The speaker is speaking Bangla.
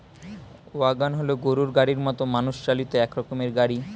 ওয়াগন হল গরুর গাড়ির মতো মানুষ চালিত এক রকমের গাড়ি